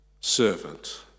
servant